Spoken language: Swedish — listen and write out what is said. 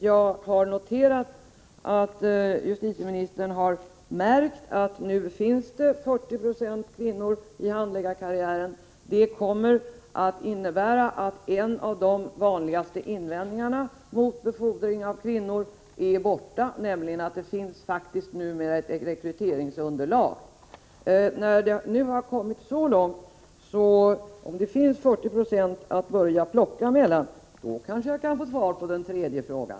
Jag har noterat att justitieministern har märkt att det nu finns 40 96 kvinnor i handläggarkarriären, vilket kommer att innebära att en av de vanligaste invändningarna mot befordring av kvinnor är borta, eftersom det nu faktiskt finns ett rekryteringsunderlag. När vi nu har kommit så långt — när det finns 40 90 att plocka bland — kan jag kanske få svar på den tredje frågan.